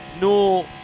no